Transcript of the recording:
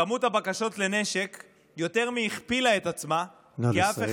כמות הבקשות לנשק יותר מהכפילה את עצמה, נא לסיים.